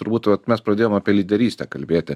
turbūt vat mes pradėjom apie lyderystę kalbėti